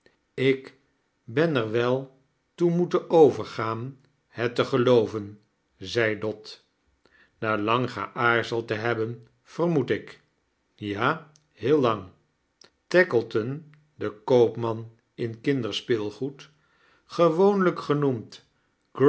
ik ben er wel toe moeten overgaan het te gelooven zei dot na lang geaarzeld te hebben vermoed ik ja heel lang taekleton de koopman in kinderspeelgoed gewoonlijk genoemd